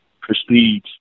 prestige